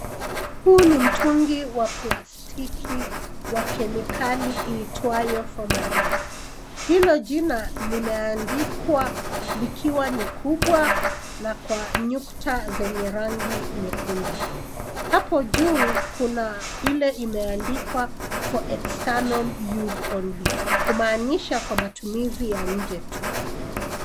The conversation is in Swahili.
Huu ni mtungi wa plastiki wa kemikali itwayo formalin . Hilo jina limeandikwa likiwa ni kubwa na kwa nukta zenye rangi nyekundu. Hapo juu, kuna ile imeandikwa for external use only , kumaanisha kwa matumizi ya nje tu.